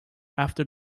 after